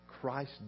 Christ